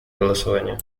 голосование